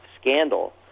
scandal